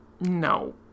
no